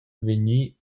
vegnir